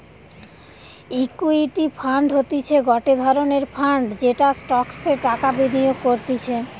equity fund হতিছে গটে ধরণের ফান্ড যেটা স্টকসে টাকা বিনিয়োগ করতিছে